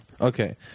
Okay